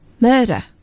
Murder